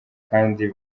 kandi